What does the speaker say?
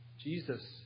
Jesus